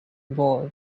boy